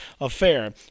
affair